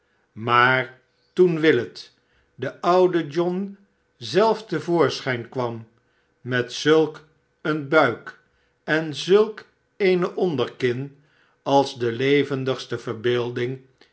maar toen willet de oude john zelf te voorschijn kwam met zulk een buik en zulk eene onderkin als de levendigste verbeelding